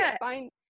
find